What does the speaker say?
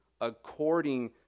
according